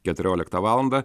keturioliktą valandą